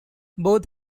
both